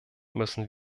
müssen